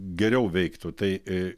geriau veiktų tai